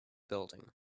building